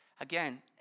again